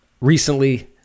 Recently